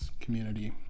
community